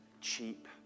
cheap